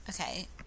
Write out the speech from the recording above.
Okay